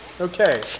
Okay